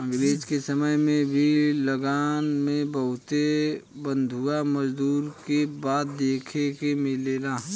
अंग्रेज के समय में भी लगान के बदले बंधुआ मजदूरी के बात देखे के मिलेला